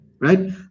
right